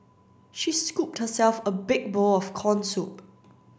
she scooped herself a big bowl of corn soup